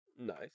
Nice